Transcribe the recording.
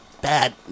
Bad